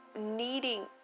needing